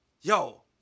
Yo